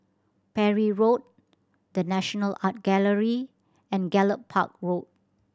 Parry Road The National Art Gallery and Gallop Park Road